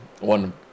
one